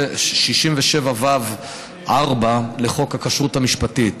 בסעיף 67ו(4) לחוק הכשרות המשפטית.